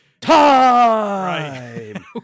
Time